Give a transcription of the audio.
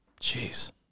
Jeez